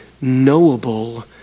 knowable